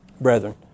Brethren